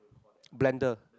blender